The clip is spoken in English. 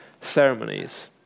ceremonies